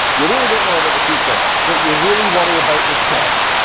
you really don't know about the future, but you really worry about the debt.